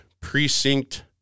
precinct